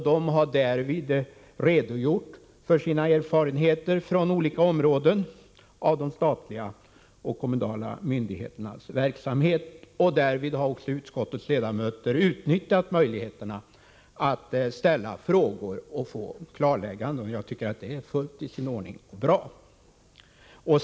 De har därvid redogjort för sina erfarenheter från olika områden av de statliga och kommunala myndigheternas verksamhet, och utskottets ledamöter har utnyttjat möjligheterna att ställa frågor och få klarlägganden. Jag tycker att det är fullt i sin ordning och bra.